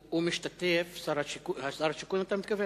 שר השיכון, אתה מתכוון?